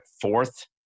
fourth